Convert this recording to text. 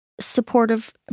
supportive